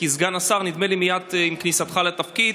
כסגן שר, נדמה לי שמייד עם כניסתך לתפקיד,